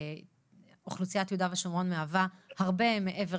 אוכלוסיית יהודה ושומרון מהווה הרבה מעבר